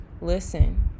listen